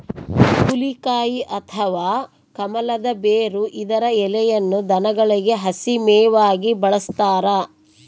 ಹುಲಿಕಾಯಿ ಅಥವಾ ಕಮಲದ ಬೇರು ಇದರ ಎಲೆಯನ್ನು ದನಗಳಿಗೆ ಹಸಿ ಮೇವಾಗಿ ಬಳಸ್ತಾರ